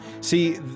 See